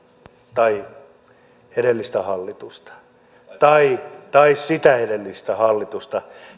tai edellistä hallitusta tai tai sitä edellistä hallitusta